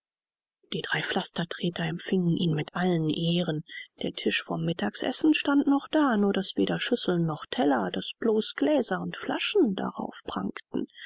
die drei pflastertreter empfingen ihn mit allen ehren der tisch vom mittagsessen stand noch da nur daß weder schüsseln noch teller daß bloß gläser und flaschen darauf prangten